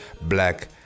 #Black